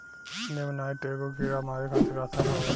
नेमानाइट एगो कीड़ा मारे खातिर रसायन होवे